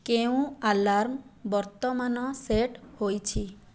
କେଉଁ ଆଲାର୍ମ ବର୍ତ୍ତମାନ ସେଟ୍ ହୋଇଛି